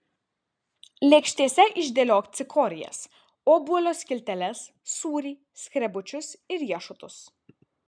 lėkštėse išdėliok cikorijas obuolio skilteles sūrį skrebučius ir riešutus